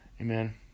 Amen